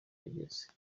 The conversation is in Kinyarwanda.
yaheze